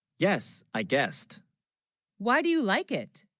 yes i guessed why, do you like it